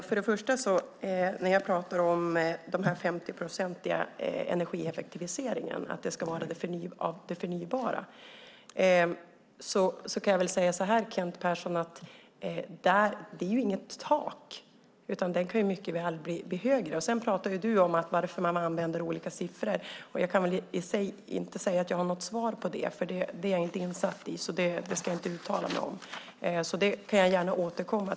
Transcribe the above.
Fru talman! När jag talar om den 50-procentiga energieffektiviseringen, att det ska vara av det förnybara, kan jag säga att det inte är något tak, utan det kan mycket väl bli högre. Sedan frågar Kent Persson varför man använder olika siffror, och jag kan inte säga att jag har något svar på det. Det är jag inte insatt i, så det ska jag inte uttala mig om. Jag återkommer gärna till det.